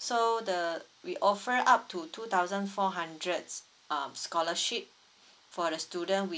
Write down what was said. so the we offer up to two thousand four hundreds um scholarship for the student we